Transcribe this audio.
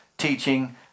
teaching